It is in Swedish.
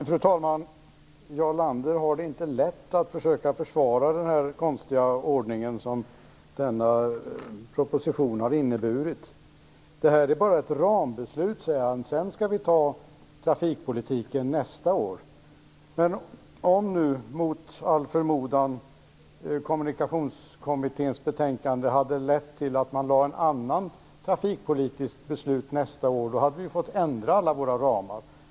Fru talman! Jarl Lander har det inte lätt när han skall försöka försvara den konstiga ordning som denna proposition har inneburit. Det här är bara ett rambeslut, säger han; sedan skall vi ta trafikpolitiken nästa år. Men om nu, mot all förmodan, Kommunikationskommitténs betänkande hade lett till ett annat trafikpolitiskt beslut nästa år hade vi fått ändra alla våra ramar.